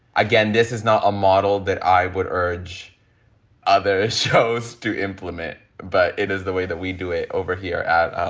again, this is not a model that i would urge other shows to implement, but it is the way that we do it over here. this